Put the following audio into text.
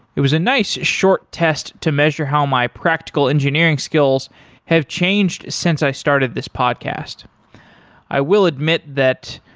it was a nice short test to measure how my practical engineering skills have changed since i started this podcast i will admit that,